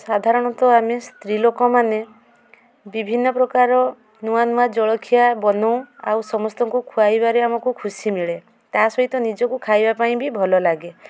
ସାଧାରଣତଃ ଆମେ ସ୍ତ୍ରୀ ଲୋକମାନେ ବିଭିନ୍ନ ପ୍ରକାର ନୂଆ ନୂଆ ଜଳଖିଆ ବନଉ ଆଉ ସମସ୍ତଙ୍କୁ ଖୁଆଇବାରେ ଆମକୁ ଖୁସି ମିଳେ ତା' ସହିତ ନିଜକୁ ଖାଇବା ପାଇଁ ବି ଭଲ ଲାଗେ